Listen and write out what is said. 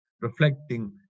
reflecting